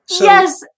Yes